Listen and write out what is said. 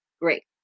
great